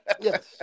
Yes